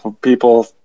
people